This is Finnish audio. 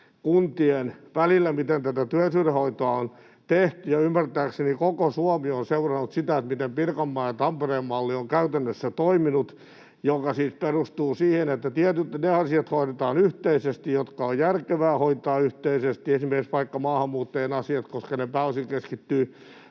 malli, miten tätä työllisyydenhoitoa on tehty, ja ymmärtääkseni koko Suomi on seurannut sitä, miten Pirkanmaan ja Tampereen malli on käytännössä toiminut — joka siis perustuu siihen, että ne asiat hoidetaan yhteisesti, jotka on järkevää hoitaa yhteisesti, esimerkiksi vaikka maahanmuuttajien asiat, koska ne pääosin keskittyvät